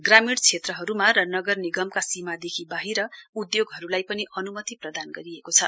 ग्रामीण क्षेत्रहरूमा र नगर निगमका सीमा देखि बाहिर उद्योगहरूलाई पनि अनुमति प्रदान गरिएको छ